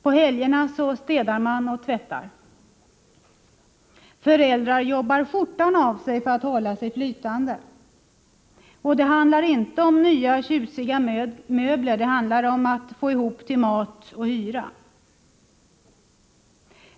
På helgerna städar och tvättar man. Föräldrar jobbar skjortan av sig för att hålla sig flytande. Och det handlar inte om nya tjusiga möbler — det handlar om att få ihop till mat och hyra.